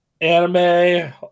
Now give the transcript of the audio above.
Anime